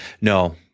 No